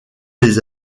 les